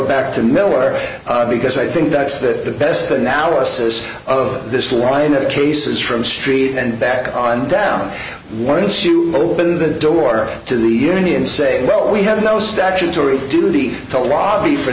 back to miller because i think that's the best analysis of this line of cases from street and back on down once you open the door to the union say well we have no statutory duty to lobby for